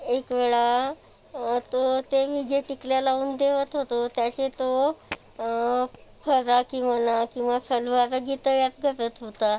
एकवेळा तो त्यानी जे टिकल्या लावून देत होतो त्याचे तो फराकी म्हणा किंवा सलवार लगी तयात करत होता